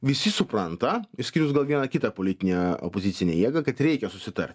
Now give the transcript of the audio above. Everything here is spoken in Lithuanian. visi supranta išskyrus gal vieną kitą politinę opozicinę jėgą kad reikia susitart